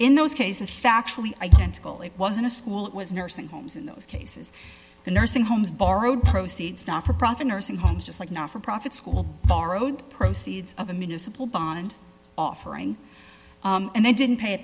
in those cases factually identical it wasn't a school it was nursing homes in those cases the nursing homes borrowed proceeds not for profit nursing homes just like not for profit school borrowed proceeds of a municipal bond offering and they didn't pay